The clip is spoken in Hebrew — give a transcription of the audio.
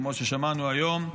כמו ששמענו היום.